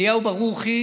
אליהו ברוכי